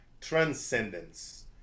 transcendence